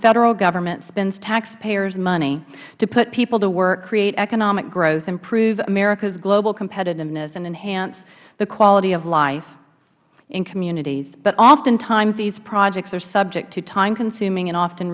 federal government spends taxpayers money to put people to work create economic growth improve americas global competitiveness and enhance the quality of life in communities but oftentimes these projects are subject to time consuming and often